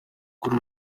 kuri